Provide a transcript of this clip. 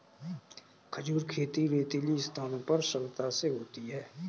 खजूर खेती रेतीली स्थानों पर सरलता से होती है